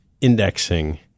indexing